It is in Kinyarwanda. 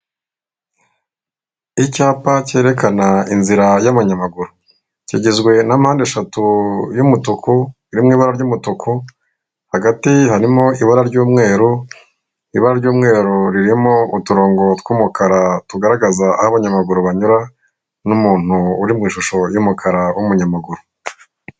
Icyapa cyerekana inzira y'abanyamaguru, kigizwe na mpandeshatu y'umutuku iri mu ibara ry'umutuku, hagati harimo ibara ry'umweru, ibara ry'umweru ririmo uturongo tw'umukara tugaragaza aho abanyamaguru banyura n'umuntu uri mu ishusho y'umukara w'umunyamaguru.